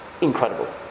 incredible